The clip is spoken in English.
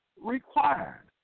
required